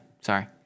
sorry